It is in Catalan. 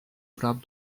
prop